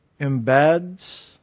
embeds